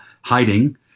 hiding